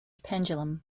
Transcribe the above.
pendulum